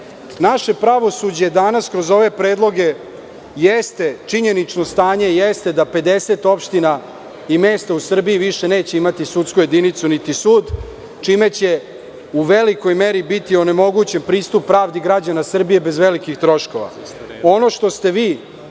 Naše pravosuđe je danas kroz ove predloge, činjenično stanje jeste da 50 opština i mesta u Srbiji više neće dobiti sudsku jedinicu niti sud, čime će u velikoj meri biti onemogućen pristup pravdi građana Srbije bez velikih troškova. Ono što ste vi